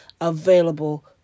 available